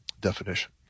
definition